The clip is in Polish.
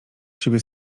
siebie